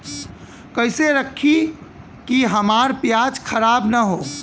कइसे रखी कि हमार प्याज खराब न हो?